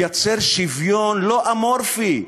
לייצר שוויון לא אמורפי,